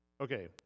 okay